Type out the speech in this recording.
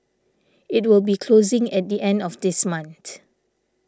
it will be closing at the end of this month